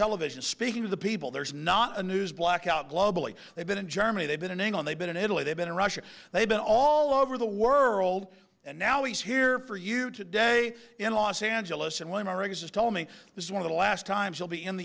television speaking of the people there is not a news blackout globally they've been in germany they've been in england they've been in italy they've been in russia they've been all over the world and now he's here for you today in los angeles and when our exist tell me this is one of the last times he'll be in the